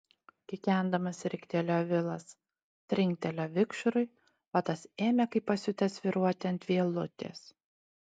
kikendamas riktelėjo vilas trinktelėjo vikšrui o tas ėmė kaip pasiutęs svyruoti ant vielutės